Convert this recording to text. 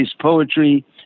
poetry